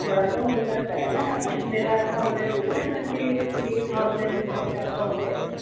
تھوڑا تو ہو سکتا ہے نا میرا اتنا بجٹ نہیں نا ٹوینٹی تھری تھاؤزنڈ بہت زیادہ ہو جائے گا